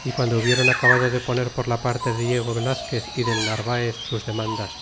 y guando hubiéron acabado de poner por la parte del diego velazquez y del narvaeg sus demandas